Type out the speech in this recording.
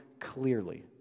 clearly